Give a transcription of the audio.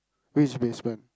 which basement